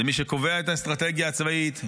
זה מי שקובע את האסטרטגיה הצבאית,